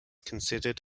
considered